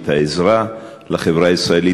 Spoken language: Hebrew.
העזרה לחברה הישראלית,